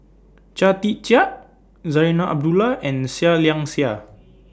Chia Tee Chiak Zarinah Abdullah and Seah Liang Seah